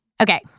Okay